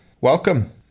Welcome